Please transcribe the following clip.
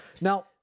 Now